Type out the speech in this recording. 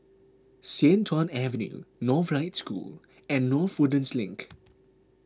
Sian Tuan Avenue Northlight School and North Woodlands Link